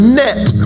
net